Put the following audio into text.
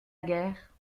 guerre